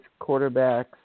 quarterbacks